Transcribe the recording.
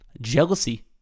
jealousy